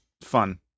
fun